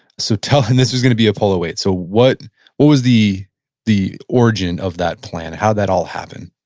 so tell, and this is going to be apollo eight. so what what was the the origin of that plan? how'd that all happen?